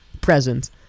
present